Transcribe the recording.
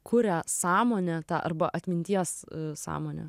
kuria sąmonę tą arba atminties sąmonę